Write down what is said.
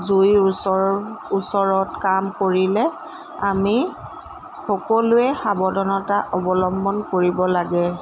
জুইৰ ওচৰৰ ওচৰত কাম কৰিলে আমি সকলোৱে সাৱধানতা অৱলম্বন কৰিব লাগে